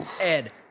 Ed